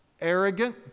arrogant